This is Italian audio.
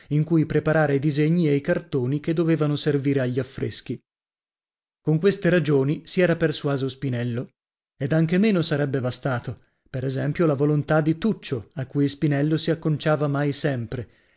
in cui preparare i disegni e i cartoni che dovevano servire agli affreschi con queste ragioni si era persuaso spinello ed anche meno sarebbe bastato per esempio la volontà di tuccio a cui spinello si acconciava mai sempre